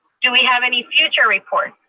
do we have any future reports?